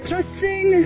trusting